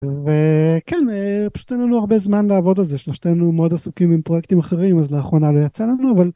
וכן פשוט אין לנו הרבה זמן לעבוד על זה שלושתנו מאוד עסוקים עם פרוייקטים אחרים אז לאחרונה לא יצא לנו אבל.